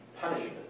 punishment